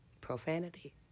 profanity